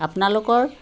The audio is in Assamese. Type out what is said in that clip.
আপোনালোকৰ